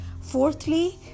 Fourthly